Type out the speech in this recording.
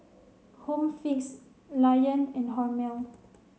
Home Fix Lion and Hormel